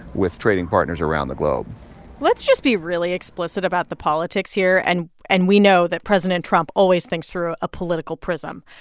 with trading partners around the globe let's just be really explicit about the politics here. and and we know that president trump always thinks through a political prism.